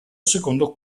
secondo